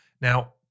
Now